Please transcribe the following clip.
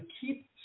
keep